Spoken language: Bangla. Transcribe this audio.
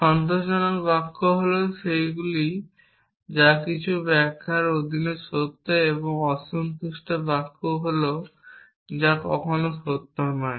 সন্তোষজনক বাক্য হল সেগুলি যা কিছু ব্যাখ্যার অধীনে সত্য এবং অসন্তুষ্ট বাক্যগুলি হল যা কখনও সত্য নয়